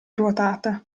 ruotata